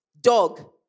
dog